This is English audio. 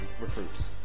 recruits